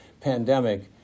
pandemic